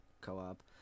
co-op